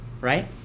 right